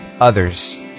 others